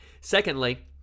Secondly